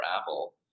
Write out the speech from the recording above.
Apple